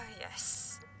Yes